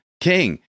king